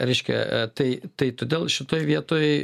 reiškia tai tai todėl šitoj vietoj